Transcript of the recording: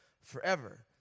forever